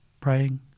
praying